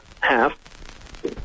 half